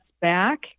back